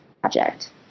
project